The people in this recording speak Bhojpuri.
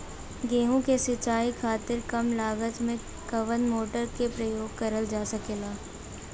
गेहूँ के सिचाई खातीर कम लागत मे कवन मोटर के प्रयोग करल जा सकेला?